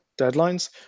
deadlines